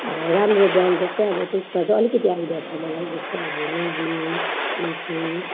अब राम्रो ब्रान्ड जस्तै अब त्यसमा चाहिँ अलिकति आइडिया छ मलाई जस्तै अब मेभ्लिन लेक्मी